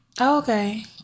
Okay